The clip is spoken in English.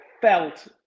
felt